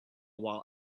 while